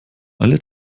alle